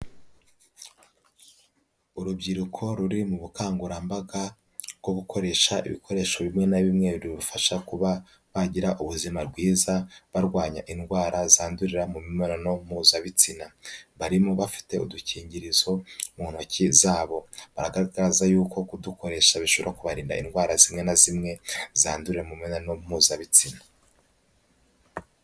Urubyiruko ruri mu bukangurambaga bwo gukoresha ibikoresho bimwe na bimwe bibafasha kuba bagira ubuzima bwiza, barwanya indwara zandurira mu mibonano mpuzabitsina. Barimo bafite udukingirizo mu ntoki zabo. Baragaragaza yuko kudukoresha bishobora kubarinda indwara zimwe na zimwe zandurira mu mibonano mpuzabitsina.